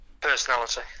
personality